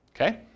Okay